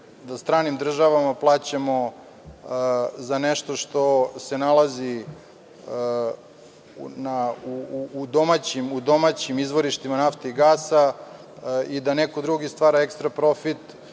da stranim državama plaćamo za nešto što se nalazi u domaćim izvorištima nafte i gasa i da neko drugi stvara ekstra profit